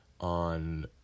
on